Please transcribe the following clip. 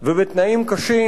ובתנאים קשים,